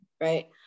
right